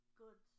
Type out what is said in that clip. good